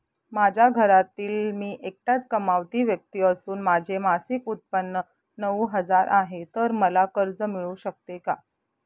माझ्या घरातील मी एकटाच कमावती व्यक्ती असून माझे मासिक उत्त्पन्न नऊ हजार आहे, तर मला कर्ज मिळू शकते का?